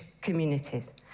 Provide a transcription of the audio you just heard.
communities